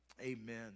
Amen